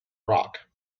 rock